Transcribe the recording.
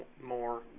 more